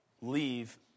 leave